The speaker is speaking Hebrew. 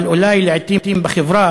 אבל בחברה,